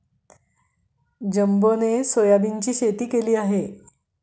जंबोने सोयाबीनची शेती केली आहे